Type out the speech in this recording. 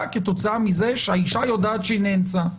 כתוצאה מזה שהאישה יודעת שהיא נאנסה.